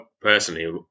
personally